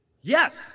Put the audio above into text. yes